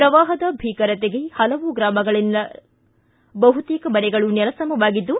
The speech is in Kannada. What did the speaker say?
ಪ್ರವಾಹದ ಭೀಕರತೆಗೆ ಪಲವು ಗ್ರಾಮಗಳಲ್ಲಿನ ಬಹುತೇಕ ಮನೆಗಳು ನೆಲಸಮವಾಗಿದ್ದು